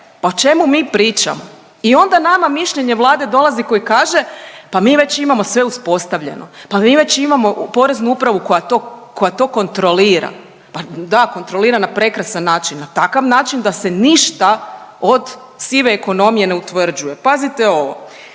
Pa o čemu mi pričamo? I onda nama mišljenje Vlade dolazi koje kaže pa mi već imamo sve uspostavljeno, pa mi već imamo Poreznu upravu koja to, koja to kontrolira. Pa da, kontrolira na prekrasan način. Na takav način da se ništa od sive ekonomije ne utvrđuje. Pazite ovo,